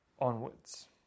onwards